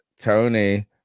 Tony